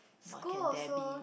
school also